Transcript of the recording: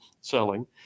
selling